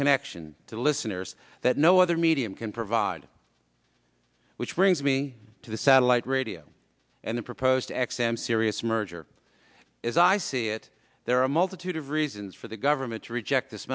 connection to listeners that no other medium can provide which brings me to the satellite radio and the proposed x m serious merger as i see it there are a multitude of reasons for the government to reject this